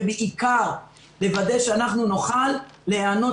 ובעיקר לוודא שאנחנו נוכל להיענות